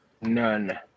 None